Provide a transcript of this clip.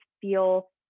feel